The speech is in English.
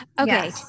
okay